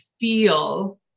feel